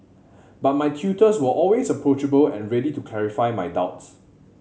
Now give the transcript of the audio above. but my tutors were always approachable and ready to clarify my doubts